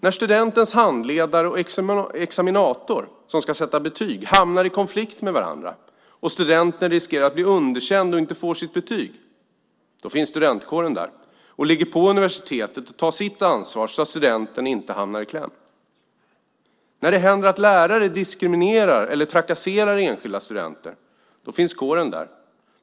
När studentens handledare och examinator, som ska sätta betyg, hamnar i konflikt med varandra och studenten riskerar att bli underkänd och inte få sitt betyg, då finns studentkåren där och ligger på universitet att ta sitt ansvar så att studenten inte hamnar i kläm. När det händer att lärare diskriminerar eller trakasserar enskilda studenter, då finns kåren där.